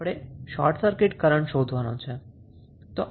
તો આપણે short circuit current શોધવાનો છે